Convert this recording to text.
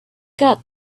got